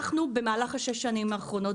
במהלך ששת השנים האחרונות,